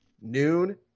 noon